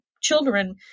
children